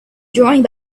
drawing